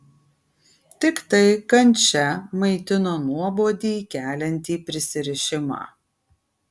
tiktai kančia maitino nuobodį keliantį prisirišimą